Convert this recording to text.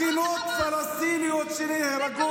אני רואה זקנות פלסטיניות שנהרגות,